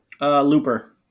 Looper